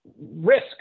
risk